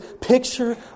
picture